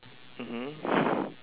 mmhmm